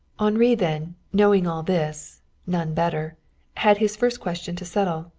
henri then, knowing all this none better had his first question to settle,